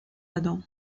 adam